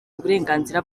uburenganzira